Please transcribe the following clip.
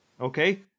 okay